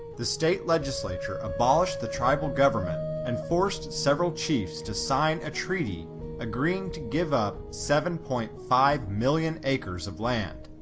the state legislature abolished the tribal government and forced several chiefs to sign a treaty agreeing to give up seven point five million acres of land.